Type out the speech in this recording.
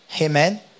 Amen